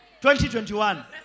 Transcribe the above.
2021